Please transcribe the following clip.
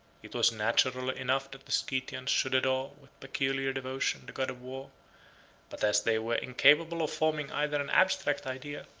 it was natural enough that the scythians should adore, with peculiar devotion, the god of war but as they were incapable of forming either an abstract idea,